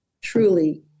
truly